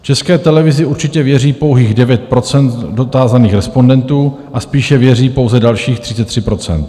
České televizi určitě věří pouhých 9 % dotázaných respondentů a spíše věří pouze dalších 33 %.